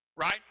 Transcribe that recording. right